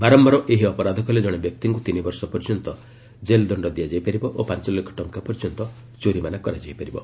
ବାରମ୍ଭାର ଏହି ଅପରାଧ କଲେ ଜଣେ ବ୍ୟକ୍ତିଙ୍କୁ ତିନି ବର୍ଷ ପର୍ଯ୍ୟନ୍ତ ଜେଲ୍ଦଣ୍ଡ ଦିଆଯାଇ ପାରିବ ଓ ପାଞ୍ଚଲକ୍ଷ ଟଙ୍କା ପର୍ଯ୍ୟନ୍ତ କୋରିମାନା କରାଯାଇ ପାରିବ